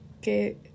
que